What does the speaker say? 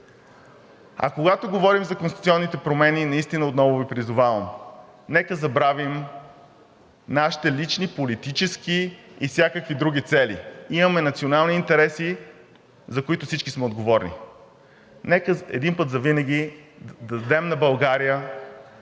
А когато говорим за конституционните промени, отново Ви призовавам – нека забравим нашите лични, политически и всякакви други цели. Имаме национални интереси, за които всички сме отговорни. Нека един път завинаги дадем на България